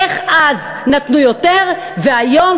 איך אז נתנו יותר והיום,